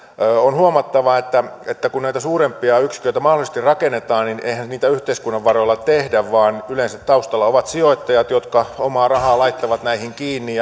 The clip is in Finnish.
huomattava että että kun näitä suurempia yksiköitä mahdollisesti rakennetaan niin eihän niitä yhteiskunnan varoilla tehdä vaan yleensä taustalla ovat sijoittajat jotka omaa rahaa laittavat näihin kiinni